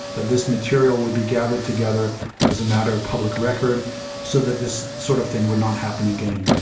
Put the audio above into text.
that this material would be gathered together as a matter of public record so that this sort of thing would not happen again.